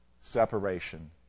separation